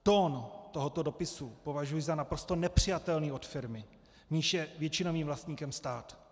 Tón tohoto dopisu považuji za naprosto nepřijatelný od firmy, v níž je většinovým vlastníkem stát.